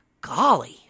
Golly